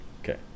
Okay